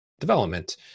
development